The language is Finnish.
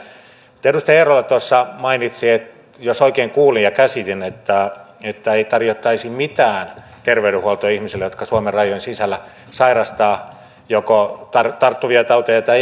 mutta edustaja eerola tuossa mainitsi jos oikein kuulin ja käsitin että ei tarjottaisi mitään terveydenhuoltoa ihmisille jotka suomen rajojen sisällä sairastavat tauteja olivat ne sitten tarttuvia tai eivät